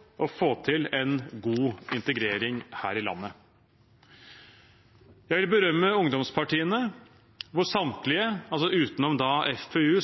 Jeg vil berømme ungdomspartiene, som – utenom Fremskrittspartiets Ungdom –